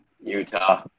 Utah